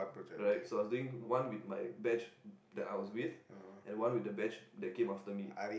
right so I was doing one with my batch that I was with and one with the batch that came after me